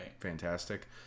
fantastic